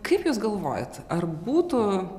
kaip jūs galvojat ar būtų